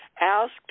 asked